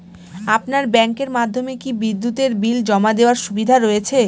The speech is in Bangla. আপনার ব্যাংকের মাধ্যমে কি বিদ্যুতের বিল জমা দেওয়ার সুবিধা রয়েছে?